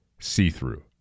see-through